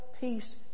peace